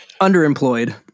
underemployed